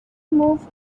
moved